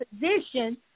position